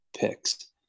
picks